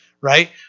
right